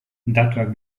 datuak